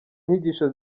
inyigisho